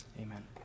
amen